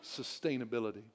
sustainability